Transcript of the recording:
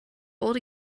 old